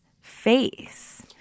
face